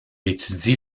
étudie